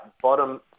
bottom